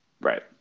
Right